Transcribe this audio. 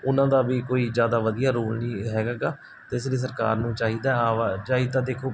ਉਹਨਾਂ ਦਾ ਵੀ ਕੋਈ ਜ਼ਿਆਦਾ ਵਧੀਆ ਰੋਲ ਨਹੀਂ ਹੈਗਾ ਹੈਗਾ ਅਤੇ ਇਸ ਲਈ ਸਰਕਾਰ ਨੂੰ ਚਾਹੀਦਾ ਹੈਗਾ ਚਾਹੀਦਾ ਦੇਖੋ